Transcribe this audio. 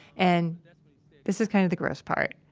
and this is kind of the gross part,